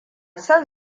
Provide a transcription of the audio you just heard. son